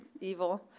evil